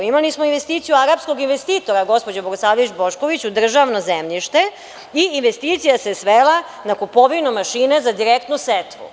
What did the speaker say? Imali smo investiciju arapskog investitora, gospođo Bogosavljević Bošković, u državno zemljište i investicija se svela na kupovinu mašina za direktnu setvu.